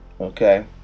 okay